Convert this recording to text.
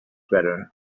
better